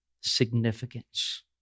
significance